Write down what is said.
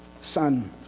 Son